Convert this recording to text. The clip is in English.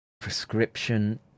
prescription